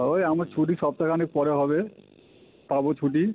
ওই আমার ছুটি সপ্তাখানেক পরে হবে পাব ছুটি